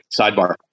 sidebar